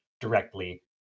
Directly